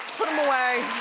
put him away.